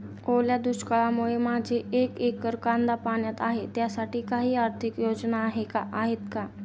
ओल्या दुष्काळामुळे माझे एक एकर कांदा पाण्यात आहे त्यासाठी काही आर्थिक योजना आहेत का?